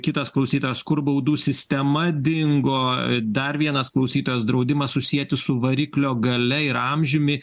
kitas klausytojas kur baudų sistema dingo dar vienas klausytojas draudimą susieti su variklio galia ir amžiumi